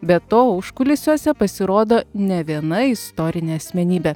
be to užkulisiuose pasirodo ne viena istorinė asmenybė